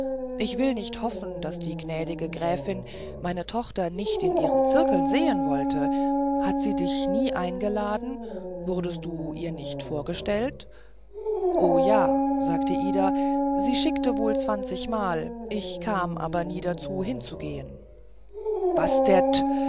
ich will nicht hoffen daß die gnädige gräfin meine tochter nicht in ihren zirkeln sehen wollte hat sie dich nie eingeladen wurdest du ihr nicht vorgestellt o ja sagte ida sie schickte wohl zwanzigmal ich kam aber nie dazu hinzugehen was